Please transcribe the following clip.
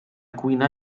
cuina